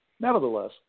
nevertheless